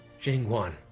xinguang,